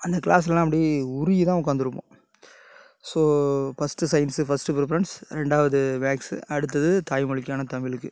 அந்த கிளாஸுலலாம் அப்டியே உருகிதான் உக்கார்ந்துருப்போம் so first science first preference ரெண்டாவது மேக்ஸு அடுத்தது தாய் மொழிக்கான தமிழுக்கு